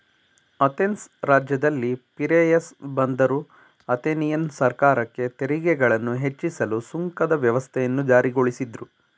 Athens ರಾಜ್ಯದಲ್ಲಿ Piraeus ಬಂದರು Athenian ಸರ್ಕಾರಕ್ಕೆ ತೆರಿಗೆಗಳನ್ನ ಹೆಚ್ಚಿಸಲು ಸುಂಕದ ವ್ಯವಸ್ಥೆಯನ್ನ ಜಾರಿಗೊಳಿಸಿದ್ರು